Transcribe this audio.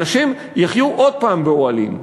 אנשים יחיו שוב באוהלים.